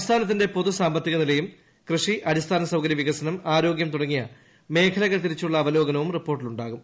സംസ്ഥാനത്തിന്റെ പൊതു സാമ്പത്തികനിലയും കൃഷി അടിസ്ഥാന സൌകരൃവികസനം ആരോഗൃം തുടങ്ങിയ മേഖലകൾ തിരിച്ചുളള അവലോകനവും റിപ്പോർട്ടിലുണ്ടാകും